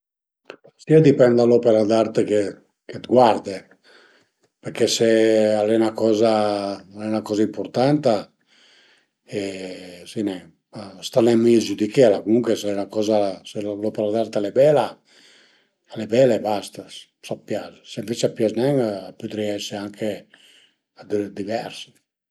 A dipend da l'opera d'arte che guarde perché se s'al e 'na coza al e 'na coza ëmpurtanta e sai nen, sta nen mi a giüdichela, comuncue s'al e 'na coza, se l'opera d'arte al e bela al e bela e basta, s'a t'pias, se ënvece a t'pias nen a pudrìa anche ese divers